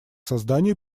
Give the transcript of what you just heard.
созданию